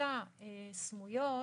מלכתחילה סמויות,